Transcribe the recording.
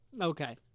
Okay